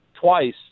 twice